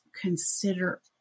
consider